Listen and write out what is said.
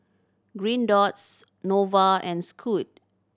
Green dots Nova and Scoot